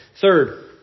Third